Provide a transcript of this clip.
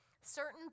certain